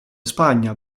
spagna